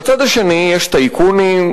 בצד השני יש טייקונים,